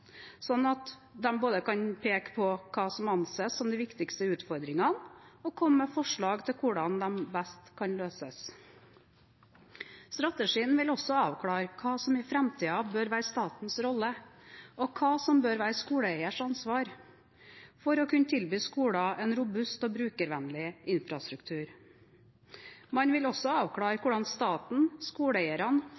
at de både kan peke på hva som anses som de viktigste utfordringene, og komme med forslag til hvordan disse best kan løses. Strategien vil også avklare hva som i framtiden bør være statens rolle, og hva som bør være skoleeiers ansvar, for å kunne tilby skoler en robust og brukervennlig infrastruktur. Man vil også avklare